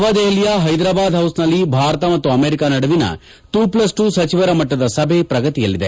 ನವದೆಹಲಿಯ ಹೈದರಾಬಾದ್ ಹೌಸ್ನಲ್ಲಿ ಭಾರತ ಮತ್ತು ಅಮೆರಿಕ ನಡುವಿನ ಟು ಪ್ಲಸ್ ಟು ಸಚಿವರ ಮಟ್ಟದ ಸಭೆ ಪ್ರಗತಿಯಲ್ಲಿದೆ